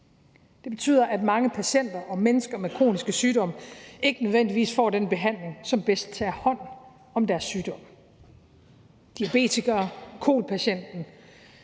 Det betyder, at mange patienter og mennesker med kroniske sygdomme ikke nødvendigvis får den behandling, som bedst tager hånd om deres sygdom. Diabetikere, kol-patienter